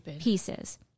pieces